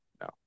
no